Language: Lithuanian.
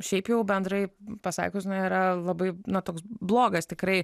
šiaip jau bendrai pasakius na yra labai na toks blogas tikrai